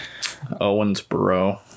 Owensboro